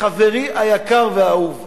חברי היקר והאהוב.